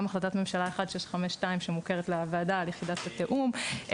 החלטת ממשלה 1652 שמוכרת לוועדה על יחידת התיאום,